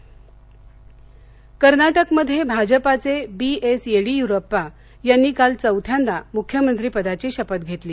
कर्नाटक कर्नाटकमध्ये भाजपाचे B S Yediyurappa यांनी काल चौथ्यांदा मुख्यमंत्री पदाची शपथ घेतली